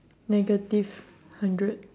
negative hundred